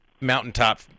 mountaintop